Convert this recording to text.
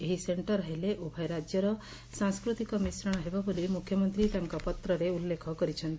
ଏହି ସେକ୍କର ହେଲେ ଉଭୟ ରାଜ୍ୟର ସାଂସ୍କୃତିକ ମିଶ୍ରଣ ହେବ ବୋଲି ମୁଖ୍ୟମନ୍ତୀ ତାଙ୍କ ପତ୍ରରେ ଉଲ୍ଲେଖ କରିଛନ୍ତି